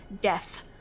death